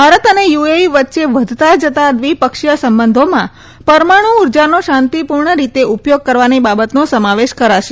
ભારત અને યુએઇ વચ્ચે વધતા જતા દ્વિપક્ષીય સંબંધોમાં પરમાણુ ઉર્જાનો શાંતિપૂર્ણ રીતે ઉપયોગ કરવાની બાબતનો સમાવેશ કરાશે